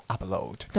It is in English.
Upload 。